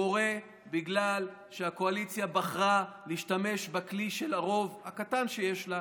זה קורה בגלל שהקואליציה בחרה להשתמש בכלי של הרוב הקטן שיש לה,